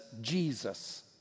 Jesus